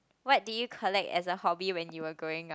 what did you collect as a hobby when you were growing up